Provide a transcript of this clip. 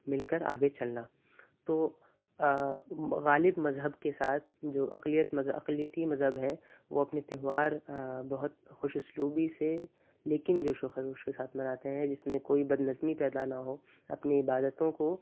مل کر آگے چلنا تو غالب مذہب کے ساتھ جو اقلیت مذہب اقلیتی مذہب ہیں وہ اپنے تہوار بہت خوش اسلوبی سے لیکن جو اس کے ساتھ مناتے ہیں جس میں کوئی بدنظمی پیدا نہ ہو اپنی عبادتوں کو